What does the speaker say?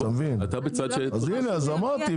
אמרתי,